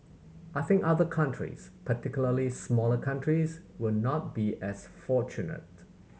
I think other countries particularly smaller countries will not be as fortunate